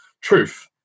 truth